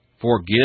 Forgive